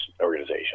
organization